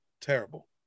Terrible